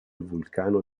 vulcano